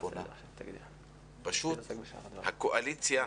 פשוט הקואליציה,